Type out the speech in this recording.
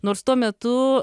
nors tuo metu